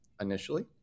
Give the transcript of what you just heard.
initially